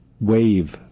wave